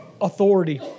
Authority